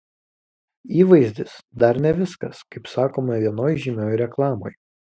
įvaizdis dar ne viskas kaip sakoma vienoj žymioj reklamoj